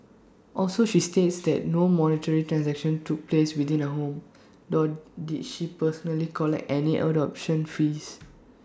also she states that no monetary transactions took place within her home nor did she personally collect any adoption fees